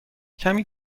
کمی